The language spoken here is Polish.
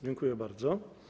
Dziękuję bardzo.